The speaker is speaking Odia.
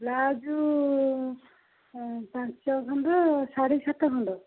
ବ୍ଲାଉଜ୍ ପାଞ୍ଚ ଖଣ୍ଡ ଶାଢ଼ି ସାତ ଖଣ୍ଡ